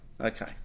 Okay